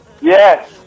Yes